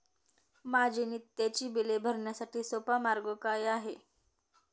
माझी नित्याची बिले भरण्यासाठी सोपा मार्ग काय आहे?